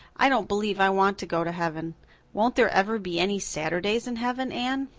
i don't believe i want to go to heaven won't there ever be any saturdays in heaven, anne?